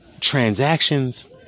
transactions